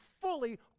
fully